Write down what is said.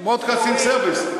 PBS, Public Broadcasting Service.